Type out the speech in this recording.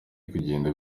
bigenda